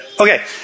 Okay